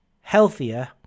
healthier